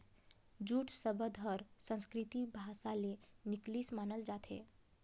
jute सबद हर संस्कृति भासा ले निकलिसे मानल जाथे